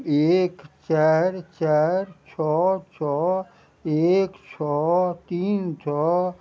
एक चारि चारि छओ छओ एक छओ तीन छओ